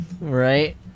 Right